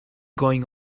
going